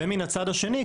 מן הצד השני,